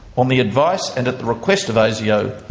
on the advice and at the request of asio,